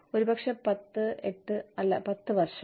ഒരുപക്ഷേ 10 8 10 വർഷം